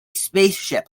spaceship